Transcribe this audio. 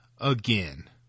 again